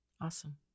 Awesome